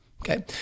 okay